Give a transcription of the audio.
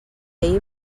ahir